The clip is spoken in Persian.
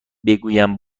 بگویم